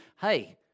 hey